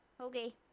Okay